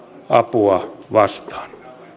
apua vastaan